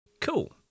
Cool